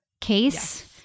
case